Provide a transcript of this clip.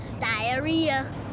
diarrhea